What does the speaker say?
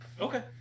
Okay